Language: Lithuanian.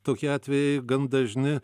tokie atvejai gan dažni